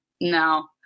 no